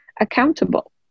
accountable